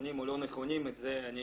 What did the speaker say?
נכונים או לא נכונים, את זה אני